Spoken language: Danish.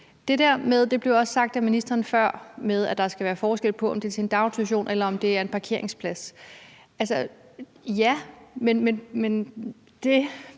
det der med – det blev også sagt af ministeren før – at der skal være forskel på, om det er en daginstitution, eller om det er en parkeringsplads, vil jeg sige: